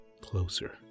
closer